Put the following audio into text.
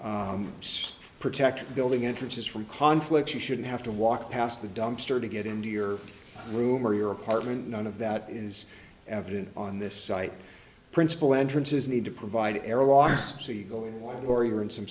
six protection building entrances from conflicts you shouldn't have to walk past the dumpster to get into your room or your apartment none of that is evident on this site principal entrances need to provide airlocks so you go in or you're in some